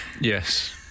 yes